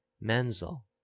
Menzel